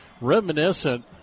reminiscent